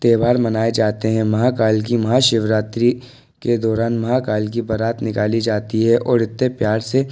त्यौहार मनाए जाते हैं महाकाल की महाशिवरात्रि के दौरान महाकाल की बरात निकाली जाती है और इतने प्यार से